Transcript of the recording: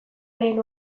lehen